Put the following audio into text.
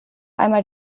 mal